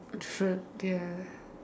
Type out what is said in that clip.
truth ya